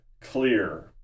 clear